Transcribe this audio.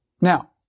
Now